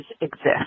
exist